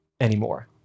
anymore